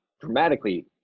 dramatically